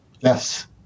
yes